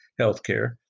healthcare